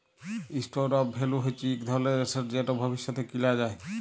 store of value হচ্যে ইক ধরলের এসেট যেট ভবিষ্যতে কিলা যায়